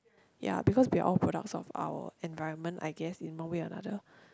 ya because we are all products of our environment I guess in one way or another